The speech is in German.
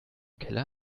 keller